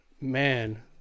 man